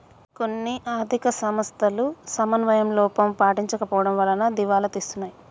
కొన్ని ఆర్ధిక సంస్థలు సమన్వయ లోపం పాటించకపోవడం వలన దివాలా తీస్తున్నాయి